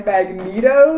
Magneto